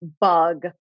Bug